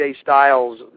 Styles